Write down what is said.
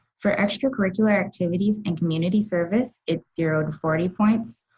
for extracurricular activities and community service, it's zero to forty points,